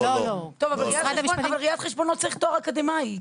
אבל ראיית חשבון לא צריך תואר אקדמאי,